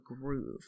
groove